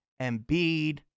Embiid